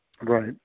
Right